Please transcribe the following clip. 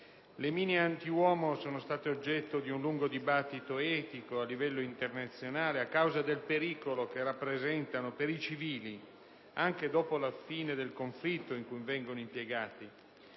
Le mine antiuomo sono state oggetto di un lungo dibattito etico a livello internazionale a causa del pericolo che rappresentano per i civili anche dopo la fine del conflitto in cui vengono impiegate.